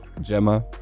Gemma